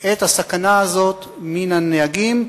את הסכנה הזאת מן הנהגים,